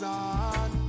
on